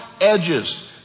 edges